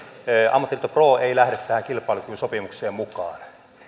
ammattiliitto pro ei lähde tähän kilpailukykysopimukseen mukaan